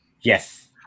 Yes